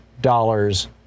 dollars